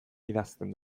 idazten